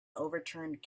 overturned